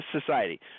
society